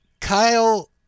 Kyle